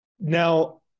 Now